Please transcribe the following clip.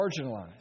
marginalized